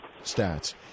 stats